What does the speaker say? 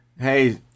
hey